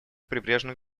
прибрежных